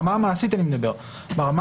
אני מדבר ברמה המעשית.